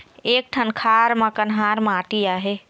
एक ठन खार म कन्हार माटी आहे?